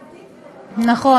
בסעיף ההגדרות, מעמד מתן הבכורה.